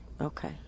Okay